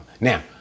Now